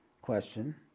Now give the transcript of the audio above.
question